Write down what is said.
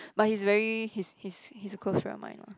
but he's very he's he's he's a close friend of mine lah